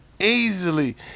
Easily